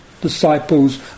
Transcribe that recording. disciples